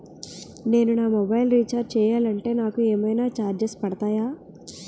నేను నా mobile recharge చేయాలంటే నాకు ఏమైనా చార్జెస్ పడతాయా?